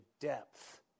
depth